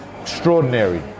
Extraordinary